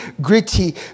gritty